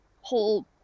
whole